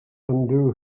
undo